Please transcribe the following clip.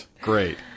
Great